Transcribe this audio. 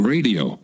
Radio